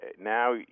now